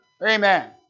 Amen